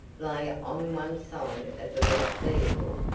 lay on one side of the wrecked vehicle.